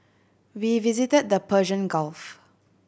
we visited the Persian Gulf